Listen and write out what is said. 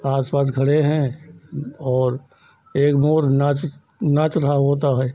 आसपास खड़े हैं और एक मोर नाच नाच रहा होता है